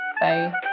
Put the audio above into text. bye